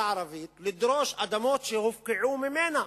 הערבית לדרוש אדמות שהופקעו ממנה